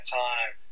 time